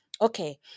Okay